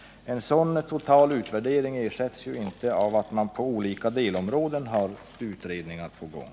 En sådan total utvärdering ersätts inte av att man på olika delområden har utredningar på gång.